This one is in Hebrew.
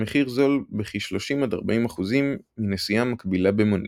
המחיר זול בכ–30%–40% מנסיעה מקבילה במונית,